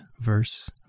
verse